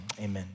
amen